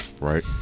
right